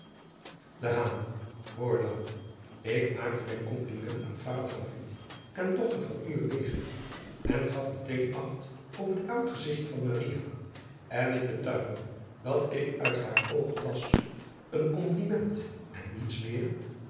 oor dan k maakte mijn kompliment aan vader en dochter van uwen wege en gaf meteen acht op het aangezigtje van en ik betuig u dat ik uit haar oogen las een kompliment en niets meer